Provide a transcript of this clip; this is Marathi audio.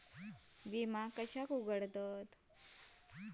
विमा कशासाठी उघडलो जाता?